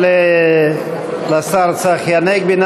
תודה לשר צחי הנגבי.